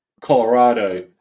Colorado